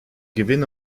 gewinn